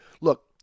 look